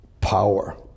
power